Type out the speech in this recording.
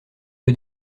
peu